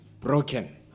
Broken